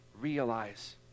realize